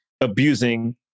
abusing